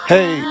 Hey